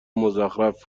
مزخرف